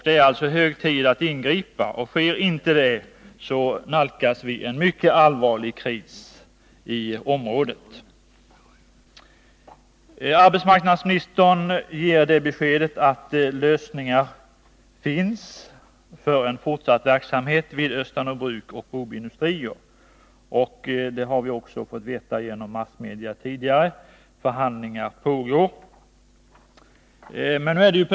Det är alltså hög tid att ingripa, om en mycket allvarlig kris i området skall kunna undvikas. Arbetsmarknadsministern ger beskedet att arbete pågår vid båda bruken för att finna lösningar för fortsatt verksamhet. Vi har också genom massmedia fått veta att förhandlingar pågår.